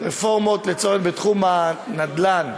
הרפורמות בתחום הנדל"ן,